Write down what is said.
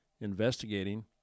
investigating